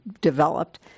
developed